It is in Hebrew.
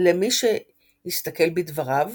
למי שיסתכל בדבריו